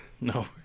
No